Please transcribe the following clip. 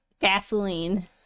gasoline